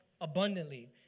abundantly